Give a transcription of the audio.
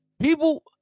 people